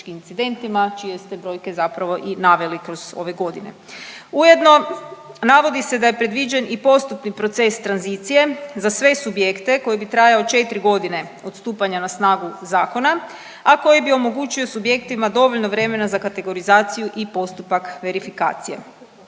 incidentima, čije ste brojke zapravo i naveli kroz ove godine. Ujedno navodi se da je predviđen i postotni proces tranzicije za sve subjekte koji bi trajao četri godine od stupanja na snagu zakona, a koji bi omogućio subjektima dovoljno vremena za kategorizaciju i postupak verifikacije.